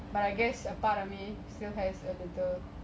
but I guess a part of me has